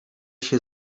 się